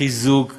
חיזוק מו"פ,